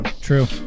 True